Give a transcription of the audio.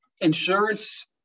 Insurance